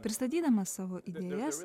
pristatydamas savo idėjas